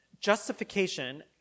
justification